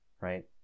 right